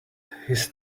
his